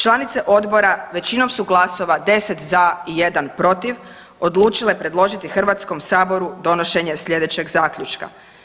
Članice odbora većinom su glasova 10 za i 1 protiv odlučile predložiti Hrvatskom saboru donošenje sljedećeg zaključka.